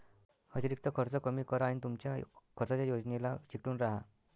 अतिरिक्त खर्च कमी करा आणि तुमच्या खर्चाच्या योजनेला चिकटून राहा